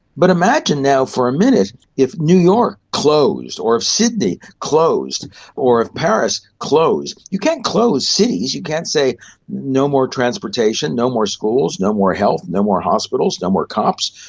but imagine now for a minute if new york closed or if sydney closed or if paris closed. you can't close cities, you can't say no more transportation, no more schools, no more health, no more hospitals, no more cops,